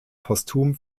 postum